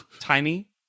tiny